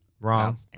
Wrong